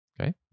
Okay